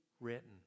written